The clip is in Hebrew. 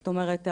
זאת אומרת,